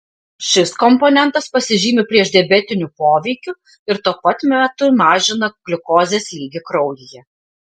šis komponentas pasižymi priešdiabetiniu poveikiu ir tuo pat metu mažina gliukozės lygį kraujyje